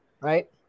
right